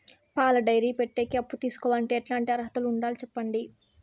పాల డైరీ పెట్టేకి అప్పు తీసుకోవాలంటే ఎట్లాంటి అర్హతలు ఉండాలి సెప్పండి?